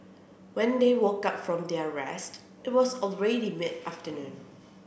when they woke up from their rest it was already mid afternoon